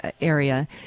area